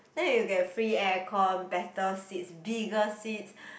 then you get free air con better seats bigger seats